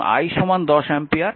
এবং I 10 ampere